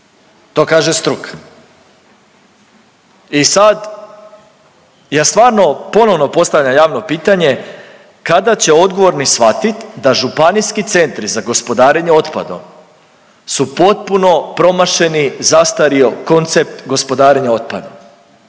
To kaže struka. I sad, ja stvarno ponovno postavljam javno pitanje kada će odgovorni shvatit da županijski centri za gospodarenje otpadom su potpuno promašeni zastario koncept gospodarenja otpadom?